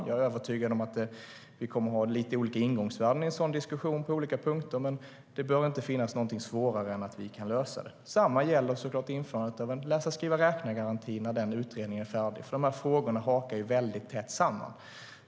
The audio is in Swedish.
Jag är övertygad om att vi kommer att ha lite olika ingångsvärden på olika punkter i en sådan diskussion, men det bör inte finnas något som är så svårt att vi inte kan lösa det. Detsamma gäller införandet av en läsa-skriva-räkna-garanti när den utredningen är färdig. De här frågorna hakar väldigt tätt samman.